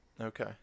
Okay